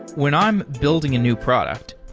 when i'm building a new product,